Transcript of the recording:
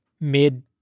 mid